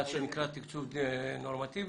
מה שנקרא תקצוב נורמטיבי?